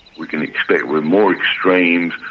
we can expect more extremes,